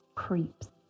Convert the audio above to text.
creeps